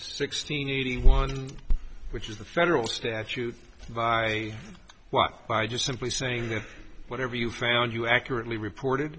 sixteen eighty one which is the federal statute by walk by just simply saying that whatever you found you accurately report